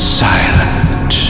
silent